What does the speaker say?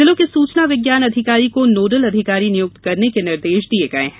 जिलों के सूचना विज्ञान अधिकारी को नोडल अधिकारी नियुक्त करने के निर्देश दिए गए हैं